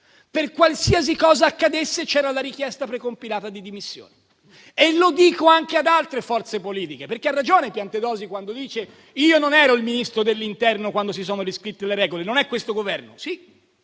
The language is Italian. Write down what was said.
Qualsiasi cosa accadesse, c'era la richiesta precompilata di dimissioni. Lo dico anche ad altre forze politiche, perché ha ragione Piantedosi quando dice che non era lui il Ministro dell'interno quando si sono riscritte le regole e che non era questo il Governo.